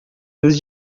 nos